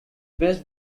best